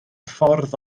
ffordd